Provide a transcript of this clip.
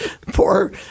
Poor